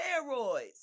steroids